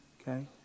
okay